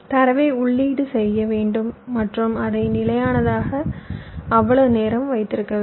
தரவை உள்ளீடு செய்ய வேண்டும் மற்றும் அதை நிலையானதாக அவ்வளவு நேரம் வைத்திருக்க வேண்டும்